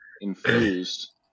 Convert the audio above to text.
infused